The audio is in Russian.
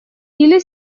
или